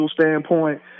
standpoint